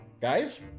Guys